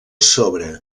sobre